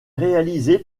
réalisé